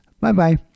Bye-bye